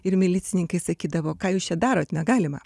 ir milicininkai sakydavo ką jūs čia darot negalima